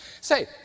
Say